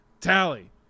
Tally